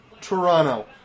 Toronto